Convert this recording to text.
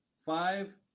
Five